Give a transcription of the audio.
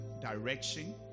direction